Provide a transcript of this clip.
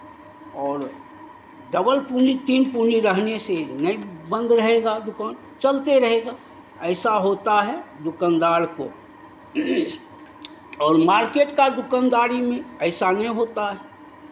और डबल पूँजी तीन पूँजी रहने से नहीं बंद रहेगा दुकान चलते रहेगा ऐसा होता है दुकानदार को और मार्केट का दुकानदारी में ऐसा नहीं होता है